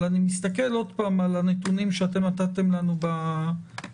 אבל אני מסתכל שוב על הנתונים שנתתם לנו בדיווח,